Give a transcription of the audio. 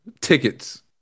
tickets